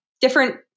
different